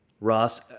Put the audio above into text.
Ross